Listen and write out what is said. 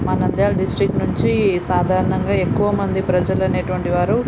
మా నంద్యాల డిస్ట్రిక్ నుంచి సాధారణంగా ఎక్కువ మంది ప్రజలు అనేటువంటివారు